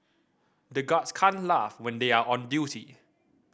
the guards can't laugh when they are on duty